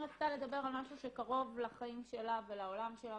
היא רצתה לדבר על משהו שקרוב לחיים שלה ולעולם שלה